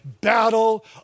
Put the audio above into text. battle